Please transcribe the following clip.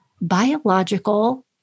biological